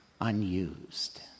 unused